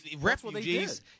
refugees